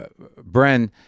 Bren